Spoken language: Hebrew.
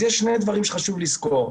אז יש שני דברים שחשוב לזכור.